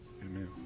Amen